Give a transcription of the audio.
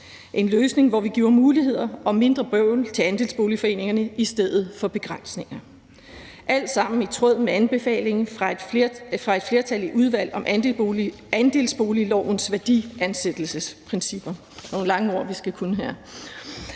en løsning, hvor vi giver muligheder og mindre bøvl til andelsboligforeningerne i stedet for begrænsninger. Det er alt sammen i tråd med anbefalingen fra et flertal i Udvalg om andelsboliglovens værdiansættelsesprincipper.